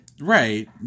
Right